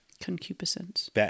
concupiscence